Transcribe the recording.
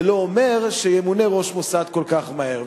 זה לא אומר שימונה ראש המוסד כל כך מהר.